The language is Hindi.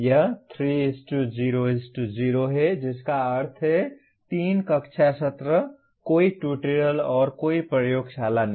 यह 3 0 0 है जिसका अर्थ है 3 कक्षा सत्र कोई ट्यूटोरियल और कोई प्रयोगशाला नहीं